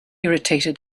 irritated